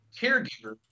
caregiver